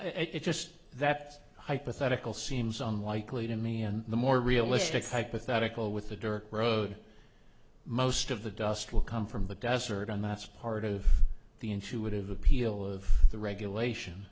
it's just that's hypothetical seems unlikely to me and the more realistic hypothetical with a dirt road most of the dust will come from the desert and that's part of the intuitive appeal of the regulation